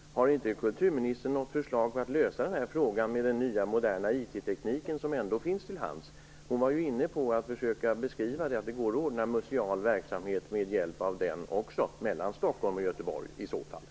Har inte kulturministern något förslag på hur man kan lösa den här frågan med den nya moderna IT tekniken som ändå finns till hands? Hon var ju inne på att det går att ordna museal verksamhet mellan Stockholm och Göteborg med hjälp av den.